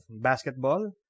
basketball